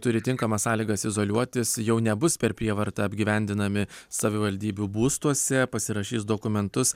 turi tinkamas sąlygas izoliuotis jau nebus per prievartą apgyvendinami savivaldybių būstuose pasirašys dokumentus